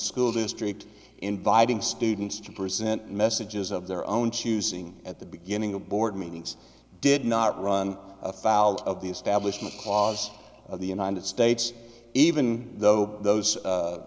school district inviting students to present messages of their own choosing at the beginning of board meetings did not run afoul of the establishment clause of the united states even though those